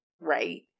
Right